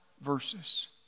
verses